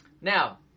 Now